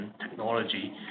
technology